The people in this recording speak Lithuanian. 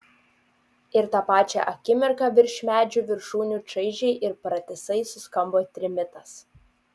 ir tą pačią akimirką virš medžių viršūnių čaižiai ir pratisai suskambo trimitas